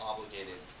obligated